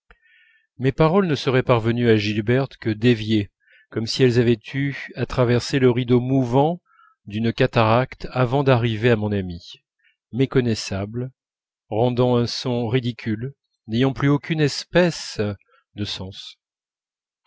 mes paroles ne seraient parvenues à gilberte que déviées comme si elles avaient eu à traverser le rideau mouvant d'une cataracte avant d'arriver à mon amie méconnaissables rendant un son ridicule n'ayant plus aucune espèce de sens